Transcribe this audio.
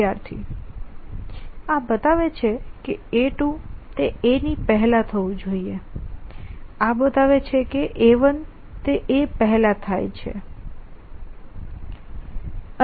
વિદ્યાર્થી આ બતાવે છે કે A2 તે A ની પહેલા થવું જોઈએ આ બતાવે છે કે A1 તે A પહેલા થાય છે